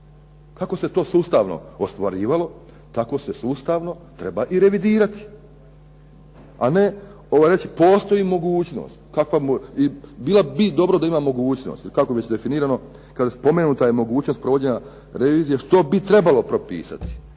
Kako se to sustavno ostvarivalo tako se sustavno treba i revidirati, a ne reći postoji mogućnost. Kakva mogućnost? Bilo bi dobro da ima mogućnost ili kako je već definirano. Kaže spomenuta je mogućnost provođenja revizije, što bi trebalo propisati.